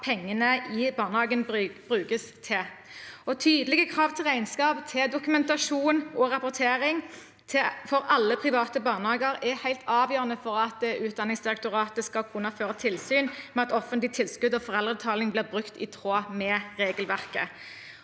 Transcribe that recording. pengene i barnehagen brukes til. Tydelige krav til regnskap, til dokumentasjon og til rapportering for alle private barnehager er helt avgjørende for at Utdanningsdirektoratet skal kunne føre tilsyn med at offentlige tilskudd og foreldrebetaling blir brukt i tråd med regelverket.